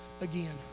again